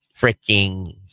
freaking